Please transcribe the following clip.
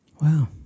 Wow